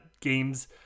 games